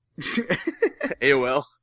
AOL